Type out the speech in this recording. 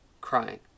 crying